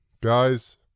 Guys